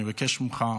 אני מבקש ממך,